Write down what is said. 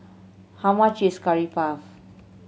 how much is Curry Puff